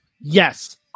Yes